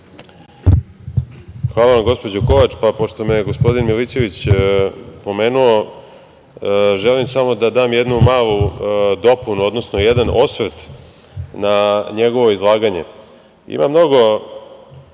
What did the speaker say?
Hvala vam, gospođo Kovač. Pošto me je gospodin Milićević pomenuo, želim samo da dam jednu malu dopunu, odnosno jedan osvrt na njegovo izlaganje. Ima mnogo